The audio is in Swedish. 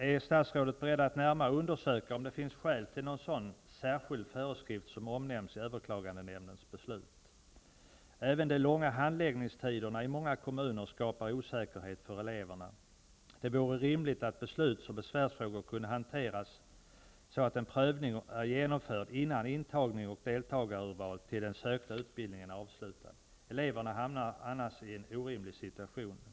Är statsrådet beredd att närmare undersöka om det finns skäl till någon sådan särskild föreskrift som omnämns i överklagandenämndens beslut? Även de långa handläggningstiderna i många kommuner skapar osäkerhet för eleverna. Det vore rimligt att besluts och besvärsfrågor kunde hanteras så, att en prövning är genomförd innan intagning till den sökta utbildningen är avslutad. Eleverna hamnar annars i en orimlig situation.